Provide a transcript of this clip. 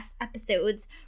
episodes